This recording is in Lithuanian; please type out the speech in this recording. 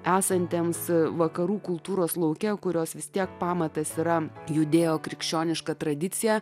esantiems vakarų kultūros lauke kurios vis tiek pamatas yra judėjo krikščioniška tradicija